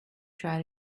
try